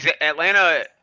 Atlanta